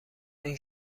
این